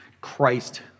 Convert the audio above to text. Christ